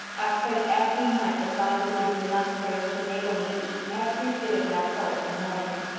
i've prayed every night that god would give me enough grace to enable me to eat every bit of my porridge in the mornings.